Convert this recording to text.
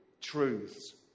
truths